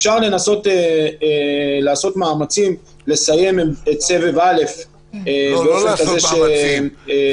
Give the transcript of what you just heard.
אפשר לנסות לעשות מאמצים לסיים את סבב א' באופן כזה שרכבי